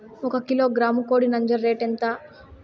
ఒక కిలోగ్రాము కోడి నంజర రేటు ఎంత?